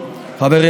גדוש,